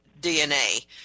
DNA